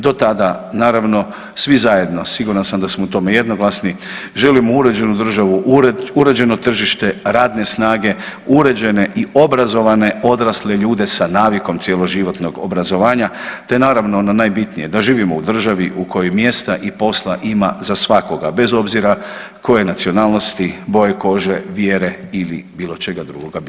Do tada, naravno, svi zajedno, siguran sam da smo u tome jednoglasni, želimo uređenu državu, uređeno tržište radne snage, uređene i obrazovane odrasle ljude sa navikom cjeloživotnog obrazovanja te naravno, ono najbitnije, da živimo u državi u kojoj mjesta i posla za svakoga, bez obzira koje nacionalnosti, boje kože, vjere ili bilo čega drugoga bio.